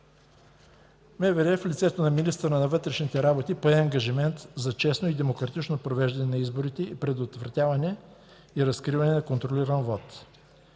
работи в лицето на министъра на вътрешните работи пое ангажимент за честно и демократично провеждане на изборите и предотвратяване и разкриване на контролиран вот.